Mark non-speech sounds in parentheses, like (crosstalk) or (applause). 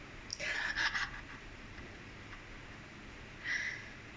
(laughs) (breath)